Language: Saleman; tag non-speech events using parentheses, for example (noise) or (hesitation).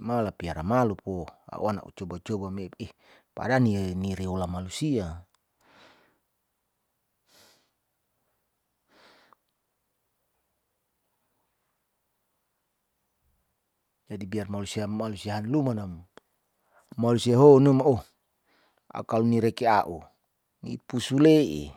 mala piara malopo au wana au coba-coba me ih pada (hesitation) ni reola malusia (noise) jadi biar malusia malusia hanluma nam malosia ho num oh akal ni reki a'u ni pusu le'e